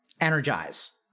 energize